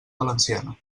valenciana